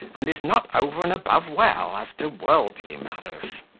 and is not over and above well as to worldly matters.